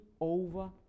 over